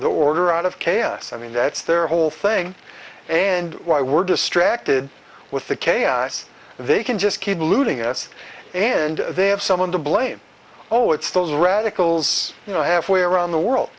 the order out of chaos i mean that's their whole thing and why we're distracted with the chaos they can just keep looting us and they have someone to blame oh it's those radicals you know halfway around the world